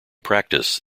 practice